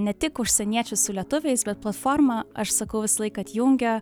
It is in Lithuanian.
ne tik užsieniečius su lietuviais bet platforma aš sakau visąlaik kad jungia